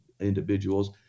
individuals